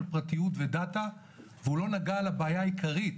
פרטיות ו-DATA והוא לא נגע על הבעיה העיקרית,